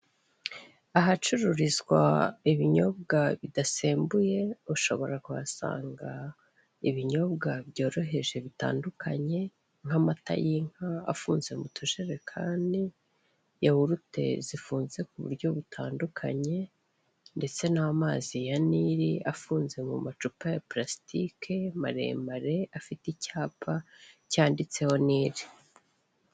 Ahacururizwa ibinyobwa bidasembuye, ushobora kuhasanga ibinyobwa byoroheje bitandukanye, nk'amata y'inka afunze mu tujerekani, yahurute zifunze ku buryo butandukanye ndetse n'amazi ya niri afunze mu macupa ya purasitike maremare afite icyapa cyanditseho niri.